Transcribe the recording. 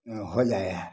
हो जाइ हइ